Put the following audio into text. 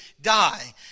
die